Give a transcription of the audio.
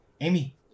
Amy